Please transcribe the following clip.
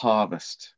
Harvest